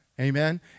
Amen